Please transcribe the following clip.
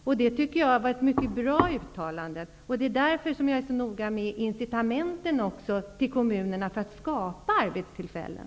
Jag tycker att det var ett mycket bra uttalande, och det är också därför som jag är så noga med incitamenten till kommunerna för att skapa arbetstillfällen.